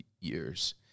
years